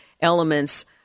elements